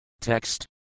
Text